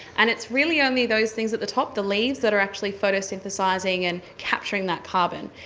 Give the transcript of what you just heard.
and it's really only those things at the top, the leaves, that are actually photosynthesising and capturing that carbon.